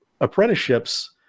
apprenticeships